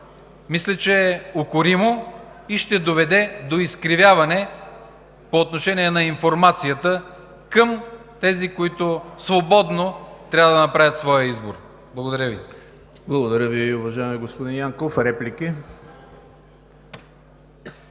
мисля, че е укоримо, и ще доведе до изкривяване по отношение на информацията към тези, които свободно трябва да направят своя избор. Благодаря Ви. ПРЕДСЕДАТЕЛ ЕМИЛ ХРИСТОВ: Благодаря Ви, уважаеми господин Янков. Реплики?